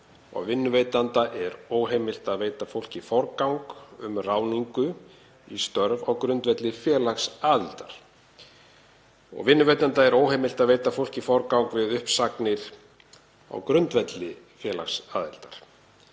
vinnuveitanda verður óheimilt að veita fólki forgang um ráðningu í störf á grundvelli félagsaðildar og vinnuveitanda verður óheimilt að veita fólki forgang við uppsagnir á grundvelli félagsaðildar.